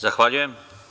Zahvaljujem.